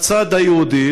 בצד היהודי,